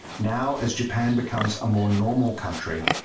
now, as japan becomes a more normal country,